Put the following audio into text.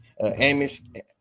Amish